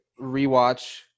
rewatch